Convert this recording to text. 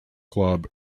club